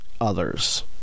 others